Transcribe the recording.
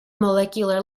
molecular